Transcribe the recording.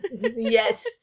Yes